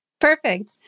Perfect